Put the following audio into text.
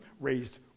raised